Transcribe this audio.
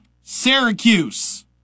Syracuse